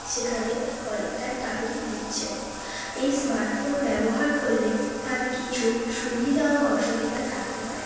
সেখানে অনেকটা টাইম দিচ্ছে এই স্মার্টফোন ব্যবহার করলে তার কিছু সুবিধা ও অসুবিধা থাকতে পারে